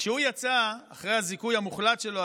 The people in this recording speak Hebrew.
כשהוא יצא אחרי הזיכוי המוחלט שלו,